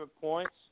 points